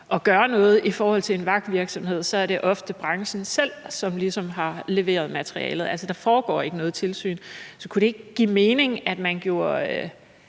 at gøre noget i forhold til en vagtvirksomhed, er det ofte branchen selv, der ligesom har leveret materialet. Altså, der foregår ikke noget tilsyn. Så kunne det ikke give mening, at man gjorde